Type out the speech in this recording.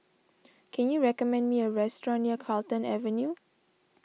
can you recommend me a restaurant near Carlton Avenue